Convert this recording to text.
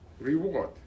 reward